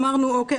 אמרנו 'אוקיי,